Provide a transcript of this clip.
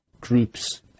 groups